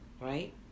Right